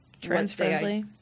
Trans-friendly